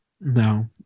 no